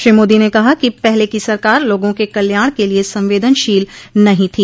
श्री मोदी ने कहा कि पहले की सरकार लोगों के कल्याण के लिए संवेदनशील नहीं थी